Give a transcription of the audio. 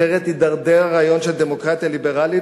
אחרת יידרדר הרעיון של דמוקרטיה ליברלית